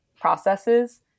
processes